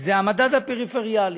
הוא המדד הפריפריאלי.